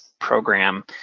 program